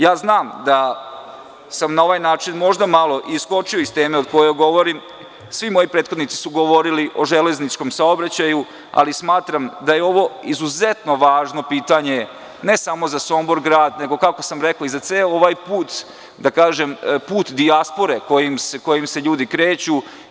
Ja znam da sam na ovaj način možda malo iskočio iz teme o kojoj govorim, svi moji prethodnici su govorili o železničkom saobraćaju, ali smatram da je ovo izuzetno važno pitanje, ne samo za Sombor grad, nego i za ceo ovaj put, kako sam rekao, put dijaspore kojim se ljudi kreću.